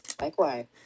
likewise